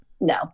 No